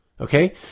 Okay